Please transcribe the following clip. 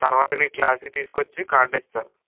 తర్వాత నీ క్లాస్కి తీసుకుని వచ్చి కార్డ్ ఇస్తారు